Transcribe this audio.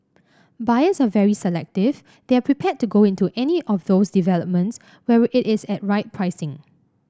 buyers are very selective they are prepared to go into any of those developments where it is at right pricing